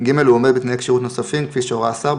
(ג) הוא עומד בתנאי כשירות נוספים כפי שהורה השר,